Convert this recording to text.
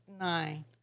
nine